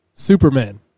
Superman